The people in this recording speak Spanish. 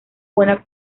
buena